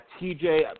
TJ